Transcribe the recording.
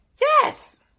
Yes